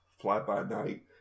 fly-by-night